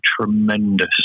tremendous